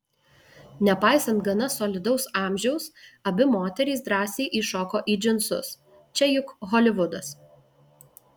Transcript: nepaisant gana solidaus amžiaus abi moterys drąsiai įšoko į džinsus čia juk holivudas